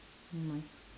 my